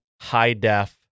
high-def